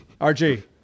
RG